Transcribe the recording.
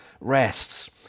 rests